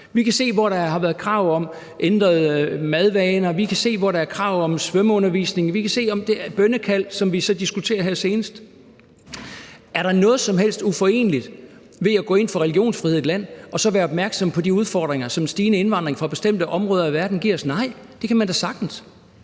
Vi kan se det, hvor der har været krav om ændrede madvaner, vi kan se det, hvor der er krav til svømmeundervisningen, og vi kan se det med bønnekald, som vi så diskuterer her senest. Er der noget som helst uforeneligt ved at gå ind for religionsfrihed i et land og så være opmærksom på de udfordringer, som en stigende indvandring fra bestemte områder i verden giver os? Nej, det kan man da sagtens.